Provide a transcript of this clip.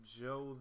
Joe